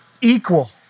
equal